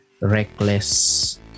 reckless